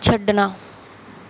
ਛੱਡਣਾ